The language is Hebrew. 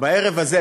בערב הזה,